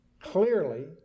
clearly